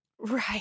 Right